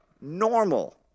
Normal